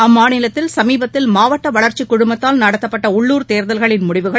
அம்மாநிலத்தில் சுமீபத்தில் மாவட்ட வளா்ச்சி குழுமத்தால் நடத்தப்பட்ட உள்ளுர் தேர்தல்களின் முடிவுகள்